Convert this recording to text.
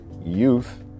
youth